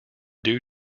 due